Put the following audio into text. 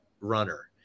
runner